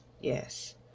yes